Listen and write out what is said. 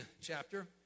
chapter